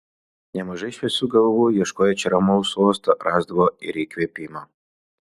nemažai šviesių galvų ieškoję čia ramaus uosto rasdavo ir įkvėpimą